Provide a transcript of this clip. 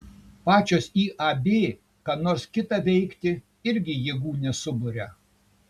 pačios iab ką nors kitą veikti irgi jėgų nesuburia